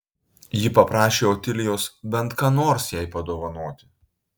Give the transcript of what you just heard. ji paprašė otilijos bent ką nors jai padovanoti